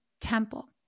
temple